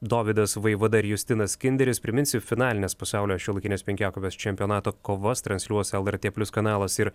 dovydas vaivada ir justinas kinderis priminsiu finalines pasaulio šiuolaikinės penkiakovės čempionato kovas transliuos lrt plius kanalas ir